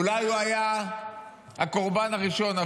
אולי הוא היה הקורבן הראשון,